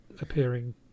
appearing